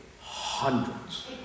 hundreds